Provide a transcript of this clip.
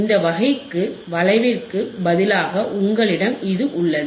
இந்த வகைக்கு வளைவிற்கு பதிலாக உங்களிடம் இது உள்ளது